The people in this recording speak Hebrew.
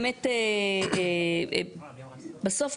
בסוף,